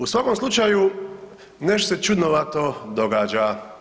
U svakom slučaju nešto se čudnovato događa.